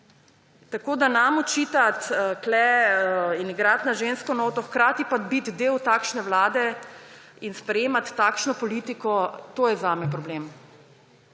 Nam očitati tukajle in igrati na žensko noto, hkrati pa biti del takšne vlade in sprejemati takšno politiko, to je zame problem.